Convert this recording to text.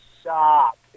stop